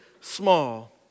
small